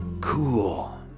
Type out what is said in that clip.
cool